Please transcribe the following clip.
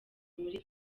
muri